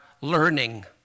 learning